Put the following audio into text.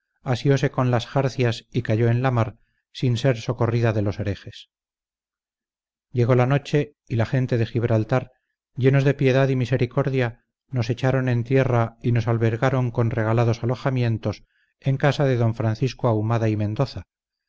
asiose con las jarcias y cayó en la mar sin ser socorrida de los herejes llegó la noche y la gente de gibraltar llenos de piedad y misericordia nos echaron en tierra y nos albergaron con regalados alojamientos en casa de don francisco ahumada y mendoza